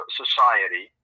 society